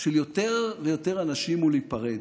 של יותר ויותר אנשים הוא להיפרד,